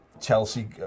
Chelsea